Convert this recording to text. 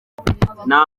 nta